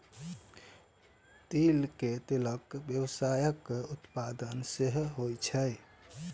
तिल के तेलक व्यावसायिक उत्पादन सेहो होइ छै